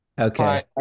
Okay